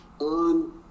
on